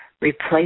replace